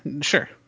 sure